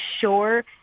sure